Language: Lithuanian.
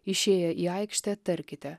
išėję į aikštę tarkite